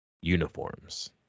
Uniforms